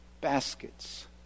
baskets